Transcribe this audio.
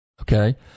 Okay